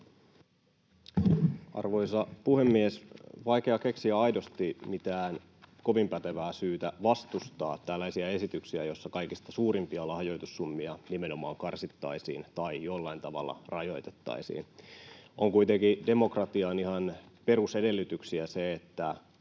Arvoisa puhemies! On vaikea keksiä aidosti mitään kovin pätevää syytä vastustaa tällaisia esityksiä, joissa kaikista suurimpia lahjoitussummia nimenomaan karsittaisiin tai jollain tavalla rajoitettaisiin. On kuitenkin demokratian ihan perusedellytyksiä, että